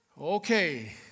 Okay